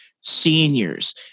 seniors